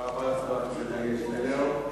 תודה רבה לחבר הכנסת עתניאל שנלר.